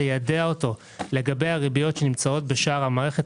ליידע אותו לגבי הריביות שיש בשאר המערכת,